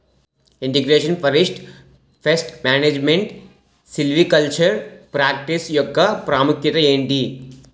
integration forest pest management silvicultural practice యెక్క ప్రాముఖ్యత ఏంటి